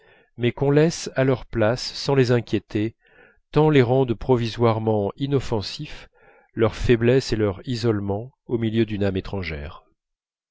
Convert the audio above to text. mais qu'on laisse à leur place sans les inquiéter tant les rendent provisoirement inoffensifs leur faiblesse et leur isolement au milieu d'une âme étrangère